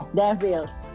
devils